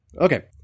Okay